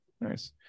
Nice